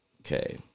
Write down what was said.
Okay